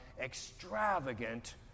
extravagant